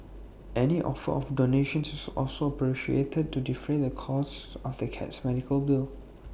any offer of donations is also appreciated to defray the costs of the cat's medical bill